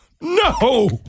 No